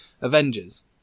Avengers